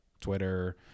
Twitter